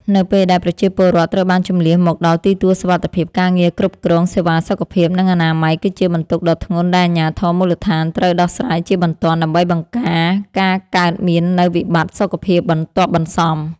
នៅពេលដែលប្រជាពលរដ្ឋត្រូវបានជម្លៀសមកដល់ទីទួលសុវត្ថិភាព ការងារគ្រប់គ្រងសេវាសុខភាព និងអនាម័យគឺជាបន្ទុកដ៏ធ្ងន់ដែលអាជ្ញាធរមូលដ្ឋានត្រូវដោះស្រាយជាបន្ទាន់ ដើម្បីបង្ការការកើតមាននូវវិបត្តិសុខភាពបន្ទាប់បន្សំ។